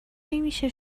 نمیشه